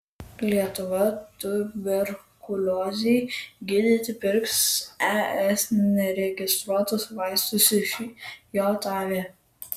lietuva tuberkuliozei gydyti pirks es neregistruotus vaistus iš jav